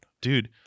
dude